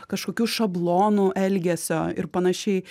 kažkokių šablonų elgesio ir panašiai